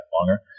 longer